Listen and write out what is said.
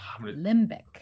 Limbic